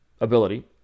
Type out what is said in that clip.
ability